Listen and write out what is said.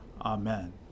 Amen